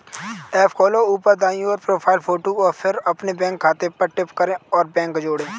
app खोलो, ऊपर दाईं ओर, प्रोफ़ाइल फ़ोटो और फिर अपने बैंक खाते पर टैप करें और बैंक जोड़ें